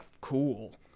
cool